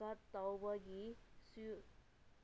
ꯀꯠ ꯇꯧꯕꯒꯤꯁꯨ